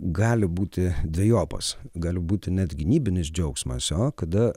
gali būti dvejopas gali būti net gynybinis džiaugsmas o kada